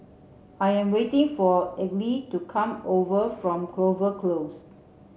I am waiting for Elige to come over from Clover Close